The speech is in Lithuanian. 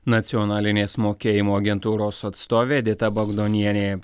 nacionalinės mokėjimo agentūros atstovė edita bagdonienė